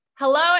Hello